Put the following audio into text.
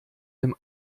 dem